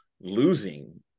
losing